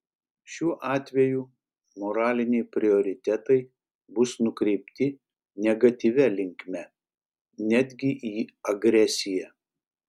šiuo atveju moraliniai prioritetai bus nukreipti negatyvia linkme netgi į agresiją